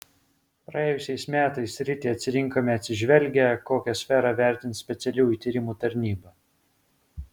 praėjusiais metais sritį atsirinkome atsižvelgę kokią sferą vertins specialiųjų tyrimų tarnyba